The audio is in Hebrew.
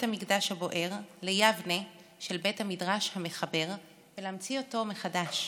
המקדש הבוער ליבנה של בית המדרש המחבר ולהמציא אותו מחדש.